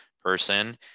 person